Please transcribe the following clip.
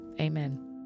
Amen